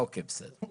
אוקיי בסדר.